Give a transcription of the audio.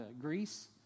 Greece